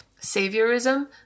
saviorism